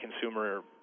consumer